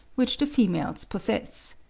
which the females possess.